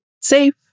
safe